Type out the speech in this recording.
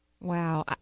Wow